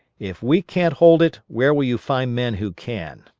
if we can't hold it, where will you find men who can?